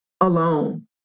alone